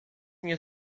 nie